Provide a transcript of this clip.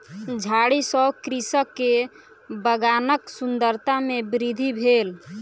झाड़ी सॅ कृषक के बगानक सुंदरता में वृद्धि भेल